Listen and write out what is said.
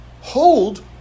hold